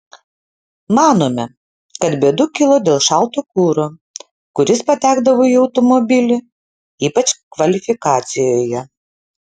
manome kad bėdų kilo dėl šalto kuro kuris patekdavo į automobilį ypač kvalifikacijoje